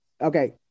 Okay